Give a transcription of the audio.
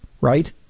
right